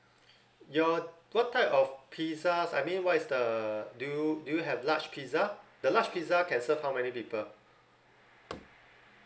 your what type of pizzas I mean what is the do you do you have large pizza the large pizza can serve how many people